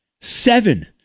Seven